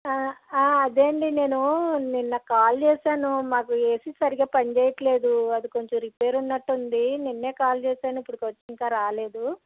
అదేనండి నేను నిన్న కాల్ చేసాను మాది ఏసీ సరిగా పనిచేయట్లేదు అది కొంచెం రిపేర్ ఉన్నట్టుంది నిన్నే కాల్ చేసాను ఇప్పుడికొచ్చి ఇంకా రాలేదు